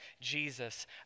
Jesus